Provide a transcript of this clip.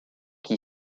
qui